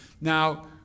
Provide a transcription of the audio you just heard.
Now